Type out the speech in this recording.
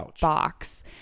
box